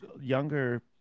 younger